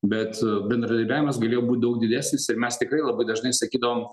bet bendradarbiavimas galėjo būt daug didesnis ir mes tikrai labai dažnai sakydavom